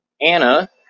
Anna